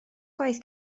gwaith